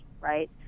right